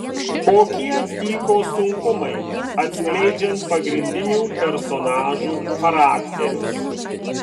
kokie tyko sunkumai atskleidžiant pagrindinių personažų charakterius